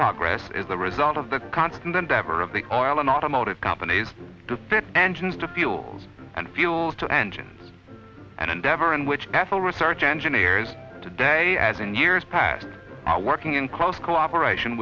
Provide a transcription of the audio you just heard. progress is a result of the constant endeavor of the oil and automotive companies to fit engines to fields and fuels to engines and endeavor and which ethyl research engineers today as in years that are working in close cooperation